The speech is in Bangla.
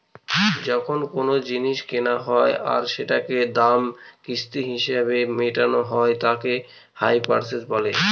যখন কোনো জিনিস কেনা হয় আর সেটার দাম কিস্তি হিসেবে মেটানো হয় তাকে হাই পারচেস বলে